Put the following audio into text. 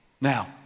Now